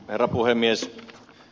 herra puhemies